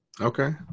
Okay